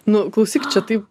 nu klausyk čia taip